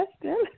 question